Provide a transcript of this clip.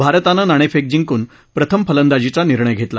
भारतानं नाणेफेक जिंकून प्रथम फंलदाजीचा निर्णय घेतला